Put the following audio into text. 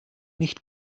nicht